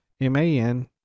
M-A-N